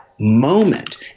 moment